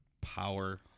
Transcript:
power